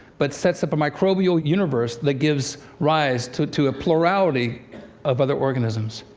but sets up a microbial universe that gives rise to to a plurality of other organisms.